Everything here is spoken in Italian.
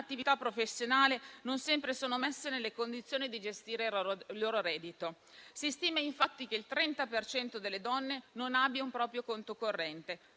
un'attività professionale non sempre sono messe nelle condizioni di gestire il loro reddito. Si stima infatti che il 30 per cento delle donne non abbia un proprio conto corrente,